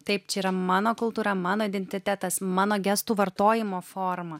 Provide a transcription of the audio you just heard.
taip čia yra mano kultūra mano identitetas mano gestų vartojimo forma